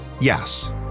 yes